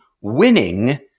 winning